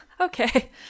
Okay